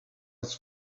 its